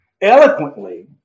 eloquently